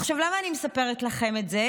עכשיו, למה אני מספרת לכם את זה?